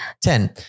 Ten